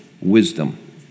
wisdom